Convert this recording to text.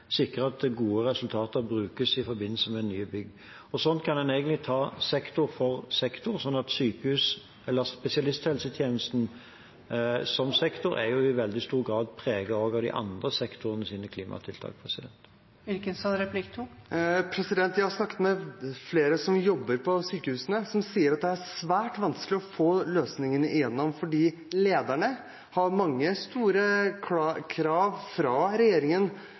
egentlig ta sektor for sektor. Spesialisthelsetjenesten som sektor er i veldig stor grad også preget av de andre sektorenes klimatiltak. Jeg har snakket med flere som jobber på sykehusene, som sier at det er svært vanskelig å få løsningene igjennom. Lederne har mange store krav fra regjeringen